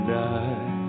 die